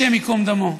השם ייקום דמו.